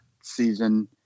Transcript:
season